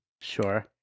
Sure